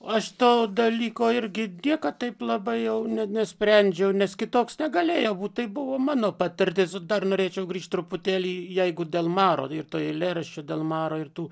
aš to dalyko irgi niekad taip labai jau net nesprendžiau nes kitoks tegalėjo būt tai buvo mano patirtis dar norėčiau grįžt truputėlį jeigu dėl maro ir to eilėraščio dėl maro ir tų